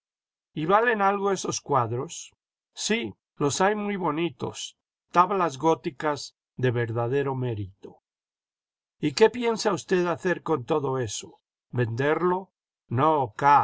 y valen algo esos cuadros sí los hay muy bonitos tablas góticas de verdadero mérito y qué piensa usted hacer con todo eso venderlo no